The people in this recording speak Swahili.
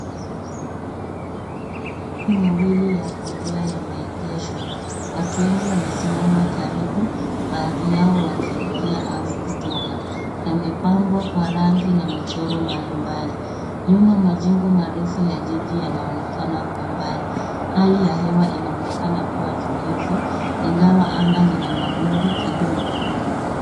Mabasi mawili ya abiria yameegeshwa. Watu wengi wamesimama karibu baadhi yao wakiingia au kutoka. Yamepangwa kwa rangi na michoro mbalimbali. Nyuma majengo marefu ya jiji yanaonekana kwa mbali. Hali ya hewa inaonekana tulivu ingawa anga lina mawingu kidogo.